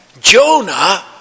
Jonah